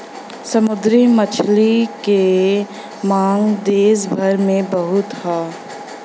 समुंदरी मछली के मांग देस भर में बहुत हौ